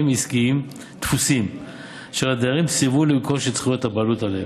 עסקיים תפוסים אשר הדיירים סירבו לרכוש את זכויות הבעלות עליהם.